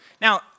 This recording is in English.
Now